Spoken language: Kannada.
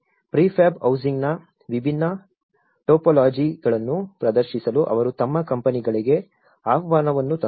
ಪ್ರಿಫ್ಯಾಬ್ ಹೌಸಿಂಗ್ನ ವಿಭಿನ್ನ ಟೋಪೋಲಾಜಿಗಳನ್ನು ಪ್ರದರ್ಶಿಸಲು ಅವರು ತಮ್ಮ ಕಂಪನಿಗಳಿಗೆ ಆಹ್ವಾನವನ್ನು ತಂದರು